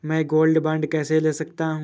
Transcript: मैं gold bond कैसे ले सकता हूँ?